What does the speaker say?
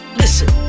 listen